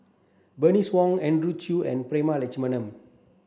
Bernice Wong Andrew Chew and Prema Letchumanan